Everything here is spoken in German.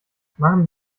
machen